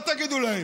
מה תגידו להם?